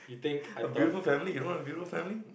a beautiful family you don't want a beautiful family